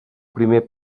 primer